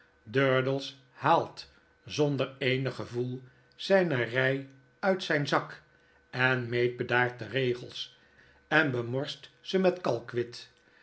haalt zonder eenig gevoel zyne rij uit zijn zak en meet bedaard ae regels en bemorst ze met